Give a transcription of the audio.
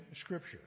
Scripture